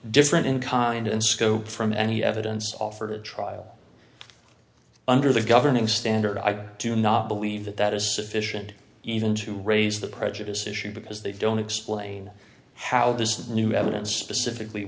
different in kind in scope from any evidence offered at trial under the governing standard i do not believe that that is sufficient even to raise the prejudice issue because they don't explain how this new evidence pacifically